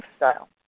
lifestyle